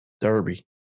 Derby